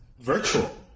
virtual